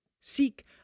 Seek